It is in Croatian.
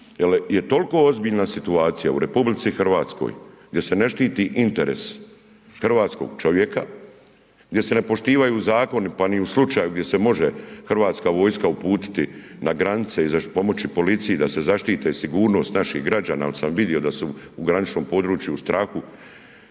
jel je toliko ozbiljna situacija u RH gdje se ne štiti interes hrvatskog čovjeka, gdje se ne poštivaju zakoni pa ni u slučaju gdje se može hrvatska vojska uputiti na granice i pomoći policiji da se zaštite i sigurnost naših građana jer sam vidio da su u graničnom području u strahu.